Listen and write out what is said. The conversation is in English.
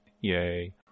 Yay